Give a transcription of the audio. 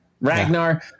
Ragnar